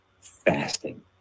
fasting